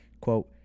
quote